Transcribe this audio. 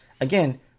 Again